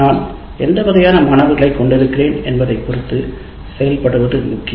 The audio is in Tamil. நான் எந்த வகையான மாணவர்களைக் கொண்டிருக்கிறேன் என்பதைப் பொருத்து செயல்படுவது முக்கியம்